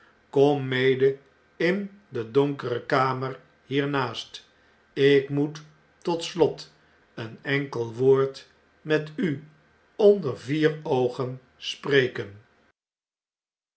kom mede in de donkere kamer hiernaast ik moet tot slot een enkel woord met u onder vier oogen spreken